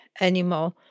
anymore